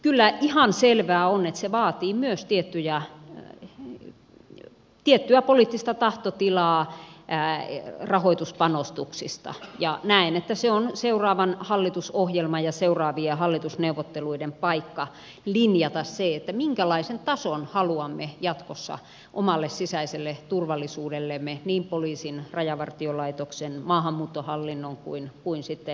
kyllä ihan selvää on että se vaatii myös tiettyä poliittista tahtotilaa rahoituspanostuksista ja näen että se on seuraavan hallitusohjelman ja seuraavien hallitusneuvotteluiden paikka linjata se minkälaisen tason haluamme jatkossa omalle sisäiselle turvallisuudellemme niin poliisin rajavartiolaitoksen maahanmuuttohallinnon kuin sitten pelastustoimen osalta